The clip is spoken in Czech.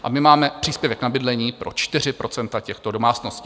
A my máme příspěvek na bydlení pro 4 % těchto domácností.